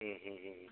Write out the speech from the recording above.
ओं ओं ओं ओं